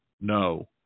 no